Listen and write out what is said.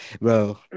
Bro